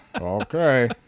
Okay